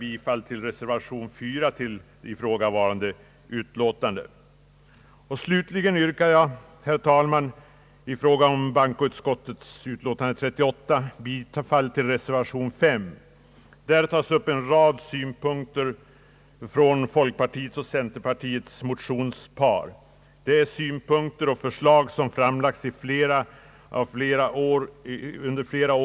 I reservation 5 vid bankoutskottets utlåtande nr 38 behandlas en rad synpunkter och förslag som folkpartiet och centerpartiet har framlagt flera år i rad.